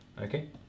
Okay